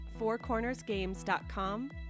fourcornersgames.com